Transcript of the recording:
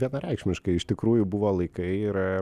vienareikšmiškai iš tikrųjų buvo laikai ir